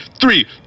three